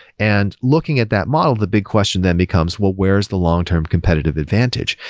and looking at that model, the big question then becomes, well, where's the long-term competitive advantage?